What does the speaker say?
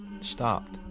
stopped